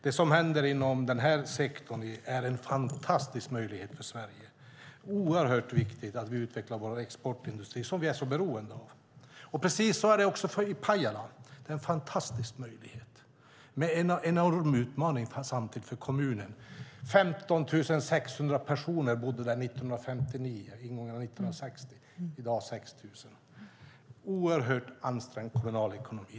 Det som händer inom den här sektorn är en fantastisk möjlighet för Sverige. Det är oerhört viktigt att vi utvecklar vår exportindustri som vi är så beroende av. Precis så är det också för Pajala. Det är en fantastisk möjlighet, men samtidigt en enorm utmaning för kommunen. 15 600 personer bodde där 1959 och vid ingången av 1960. I dag är det 6 000. Det är en oerhört ansträngd kommunal ekonomi.